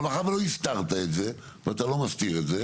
אבל מאחר ולא הסתרת את זה ואתה לא מסתיר את זה,